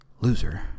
loser